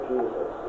Jesus